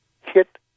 hit